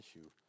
issue